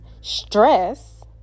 stress